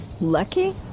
Lucky